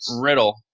Riddle